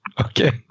Okay